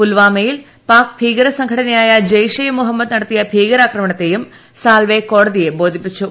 പുൽവാമയിൽ പാക് ഭീകര സംഘടന ജയ്ഷ മുഹമ്മദ് നടത്തിയ ഭീകരാക്രമണത്തെയും സാൽവെ കോടതിയെ ബോധിപ്പിച്ചു